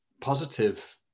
positive